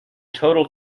total